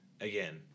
again